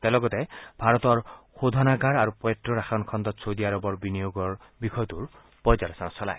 তেওঁ লগতে ভাৰতৰ শোধনাগাৰ আৰু প্টে ৰসায়ন খণ্ডত ছৌদি আৰবৰ বিনিয়োগৰ বিষয়টোৰ পৰ্যালোচনা চলায়